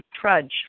trudge